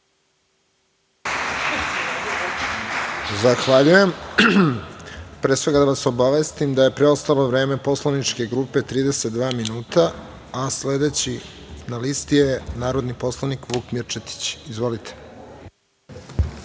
Zahvaljujem. Pre svega da vas obavestim da je preostalo vreme poslaničke grupe 32 minuta. Sledeći na listi je narodni poslanik Vuk Mirčetić. Izvolite.